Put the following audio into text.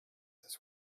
this